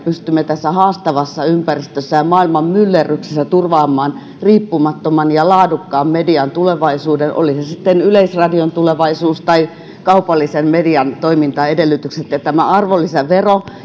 pystymme tässä haastavassa ympäristössä ja maailman myllerryksessä turvaamaan riippumattoman ja laadukkaan median tulevaisuuden oli se sitten yleisradion tulevaisuus tai kaupallisen median toimintaedellytykset ja tämä arvonlisävero ja